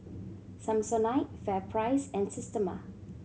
Samsonite FairPrice and Systema